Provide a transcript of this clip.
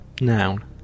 Noun